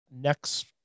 next